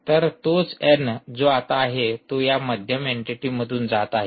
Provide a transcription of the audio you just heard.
तर तोच एन जो आता आहे तो या मध्यम एंटीटी मधून जात आहे